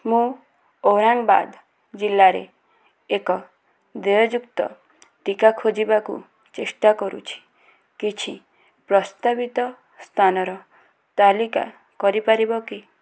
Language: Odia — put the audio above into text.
ମୁଁ ଔରଙ୍ଗାବାଦ ଜିଲ୍ଲାରେ ଏକ ଦେୟଯୁକ୍ତ ଟୀକା ଖୋଜିବାକୁ ଚେଷ୍ଟା କରୁଛି କିଛି ପ୍ରସ୍ତାବିତ ସ୍ଥାନର ତାଲିକା କରିପାରିବ କି